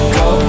go